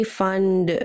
fund